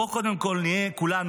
בואו קודם כול נהיה כולנו,